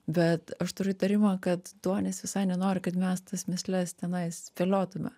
bet aš turiu įtarimą kad duonis visai nenori kad mes tas mįsles tenai spėliotume